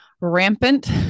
rampant